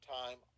time